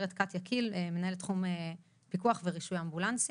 שלום, אני ראש אגף רפואה כללית